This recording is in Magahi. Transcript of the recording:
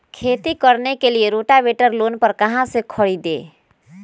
खेती करने के लिए रोटावेटर लोन पर कहाँ से खरीदे?